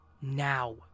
Now